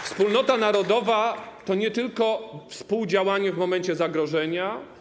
Wspólnota narodowa to nie tylko współdziałanie w momencie zagrożenia.